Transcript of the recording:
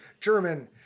German